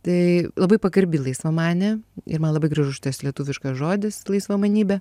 tai labai pagarbi laisvamanė ir man labai gražus šitas lietuviškas žodis laisvamanybė